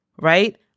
right